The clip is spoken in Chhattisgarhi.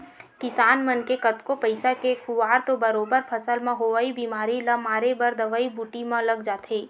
किसान मन के कतको पइसा के खुवार तो बरोबर फसल म होवई बेमारी ल मारे बर दवई बूटी म लग जाथे